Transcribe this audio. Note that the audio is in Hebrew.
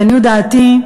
לעניות דעתי,